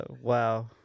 Wow